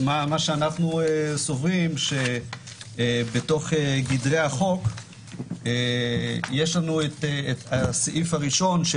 אנחנו סוברים שבתוך גדרי החוק יש לנו את הסעיף הראשון,